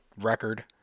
record